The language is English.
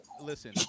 listen